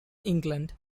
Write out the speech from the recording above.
england